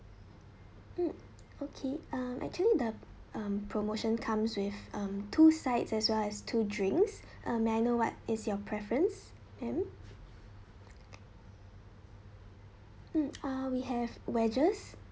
mm okay um actually the um promotion comes with um two sides as well as two drinks may I know what is your preference ma'am mm we have wedges